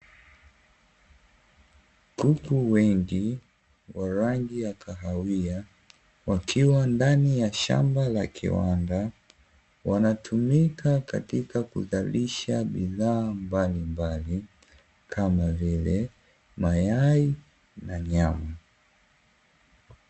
Kuku wengi wa rangi ya kahawia wakiwa ndani ya shamba la kiwanda, wanatumika katika kuzalisha bidhaa mbalimbali kama vile mayai na nyama.